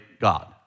God